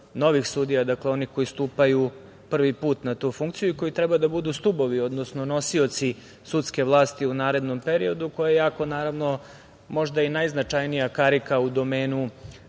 novih sudija, onih koji stupaju prvi put na tu funkciju i koji treba da budu stubovi, odnosno nosioci sudske vlasti u narednom periodu, koja je, naravno, možda i najznačajnija karika u domenu